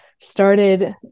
started